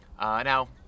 Now